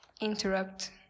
interrupt